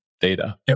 data